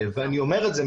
ואני אומר את זה,